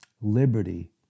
liberty